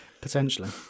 Potentially